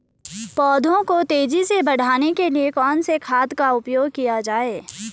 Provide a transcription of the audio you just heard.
पौधों को तेजी से बढ़ाने के लिए कौन से खाद का उपयोग किया जाए?